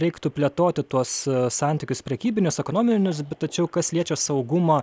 reiktų plėtoti tuos santykius prekybinius ekonominius tačiau kas liečia saugumą